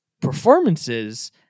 performances